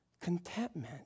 contentment